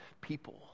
people